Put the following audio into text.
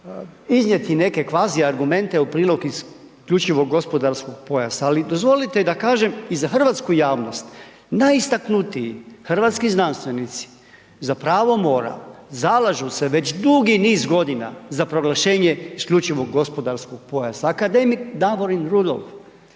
iznijeti neke kvazi argumente u prilog isključivog gospodarskog pojasa, ali dozvolite i da kažem i za hrvatsku javnost najistaknutiji hrvatski znanstvenici za pravo mora zalažu se već dugi niz godina za proglašenje isključivog gospodarskog pojasa, akademik Davorin Rudolf,